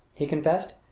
he confessed,